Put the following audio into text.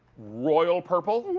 royal purple.